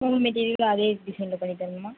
மூணு மெட்டீரியலும் அதே டிசைனில் பண்ணித் தரணுமா